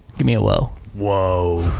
give me a whoa. whoa.